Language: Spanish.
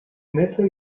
metro